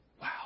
Wow